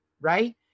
right